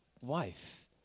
wife